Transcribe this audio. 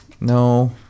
No